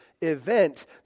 event